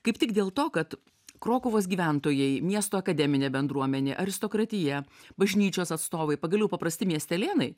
kaip tik dėl to kad krokuvos gyventojai miesto akademinė bendruomenė aristokratija bažnyčios atstovai pagaliau paprasti miestelėnai